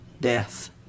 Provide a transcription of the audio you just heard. death